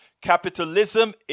Capitalism